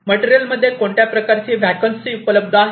material मध्ये कोणत्या प्रकारच्या व्याकन्सी उपलब्ध आहे